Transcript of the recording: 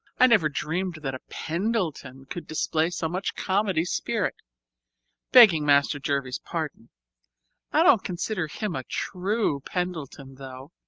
i never dreamed that a pendleton could display so much comedy spirit begging master jervie's pardon i don't consider him a true pendleton though,